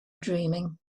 dreaming